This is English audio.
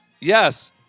yes